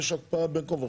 ויש הקפאה בין כה וכה,